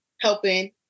Helping